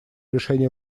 решении